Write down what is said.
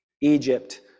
Egypt